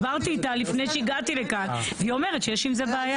דיברתי איתה לפני שהגעתי לכאן והיא אומרת שיש עם זה בעיה.